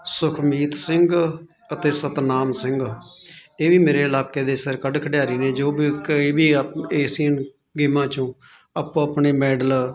ਸੁਖਮੀਤ ਸਿੰਘ ਅਤੇ ਸਤਨਾਮ ਸਿੰਘ ਇਹ ਵੀ ਮੇਰੇ ਇਲਾਕੇ ਦੇ ਸਿਰ ਕੱਢ ਖਿਡਾਰੀ ਨੇ ਜੋ ਵੀ ਇਕ ਇਹ ਵੀ ਏਸੀਅਨ ਗੇਮਾਂ ਚੋਂ ਆਪੋਂ ਆਪਣੇ ਮੈਡਲ